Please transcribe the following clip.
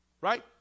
right